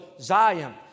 Zion